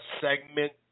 segment